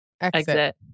exit